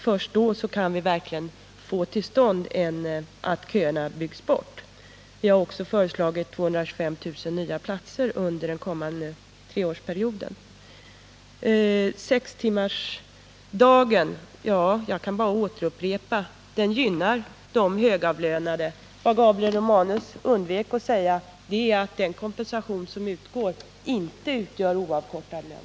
Först då kan vi verkligen få till stånd att köerna byggs bort. Vi har också föreslagit 225 000 nya platser under den kommande treårsperioden. När det gäller sextimmarsdagen kan jag bara upprepa: Den gynnar de högavlönade. Vad Gabriel Romanus undvek att säga var att den kompensation som utgår inte utgör oavkortad lön.